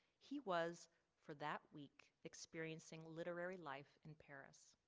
he was for that week experiencing literary life in paris.